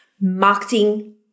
marketing